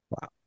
Wow